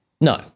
No